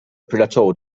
plateau